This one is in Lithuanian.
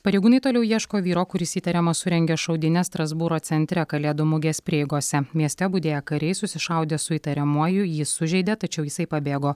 pareigūnai toliau ieško vyro kuris įtariamas surengęs šaudynes strasbūro centre kalėdų mugės prieigose mieste budėję kariai susišaudė su įtariamuoju jį sužeidė tačiau jisai pabėgo